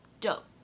dope